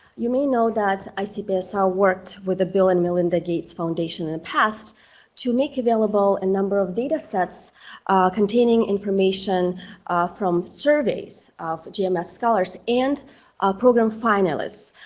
you may know that icpsr worked with the bill and melinda gates foundation in the past to make available a number of data sets containing information from surveys of gms scholars and program finalists.